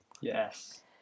Yes